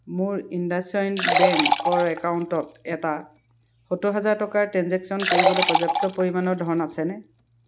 মোৰ ইণ্ডাচইণ্ড বেংকৰ একাউণ্টত এটা সত্তৰ হাজাৰ টকাৰ ট্ৰেঞ্জেকশ্য়ন কৰিবলৈ পৰ্য্য়াপ্ত পৰিমাণৰ ধন আছেনে